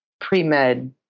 pre-med